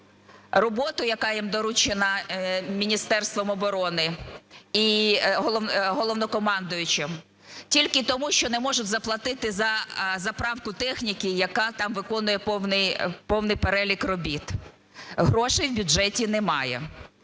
роботу, яка їм доручена Міністерством оборони і Головнокомандувачем, тільки тому, що не може заплатити за заправку техніки, яка там виконує повний перелік робіт. Грошей в бюджеті немає.